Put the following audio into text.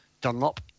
dunlop